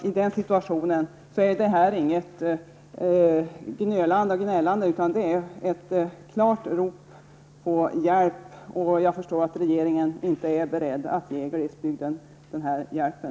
I den situationen är det inte fråga om ett gnölande och gnällande, utan det är ett klart rop på hjälp. Jag inser att regeringen inte är beredd att ge glesbygden den här hjälpen.